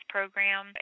Program